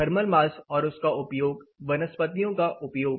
thermal mass और उसका उपयोग वनस्पतियों का उपयोग